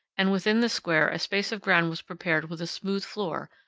and within the square a space of ground was prepared with a smooth floor,